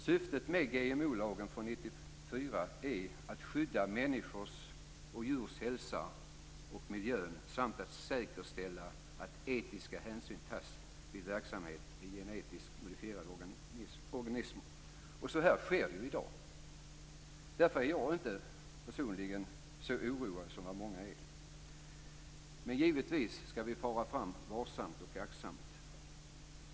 Syftet med GMO-lagen från 1994 är att skydda människors och djurs hälsa och miljö samt att säkerställa att etiska hänsyn tas vid verksamhet i genetiskt modifierade organismer. Så sker i dag. Därför är jag personligen inte så oroad som många är. Men givetvis skall vi fara fram aktsamt.